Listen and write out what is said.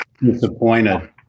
disappointed